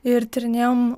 ir tyrinėjom